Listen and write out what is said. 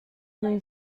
than